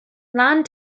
land